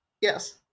Yes